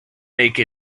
make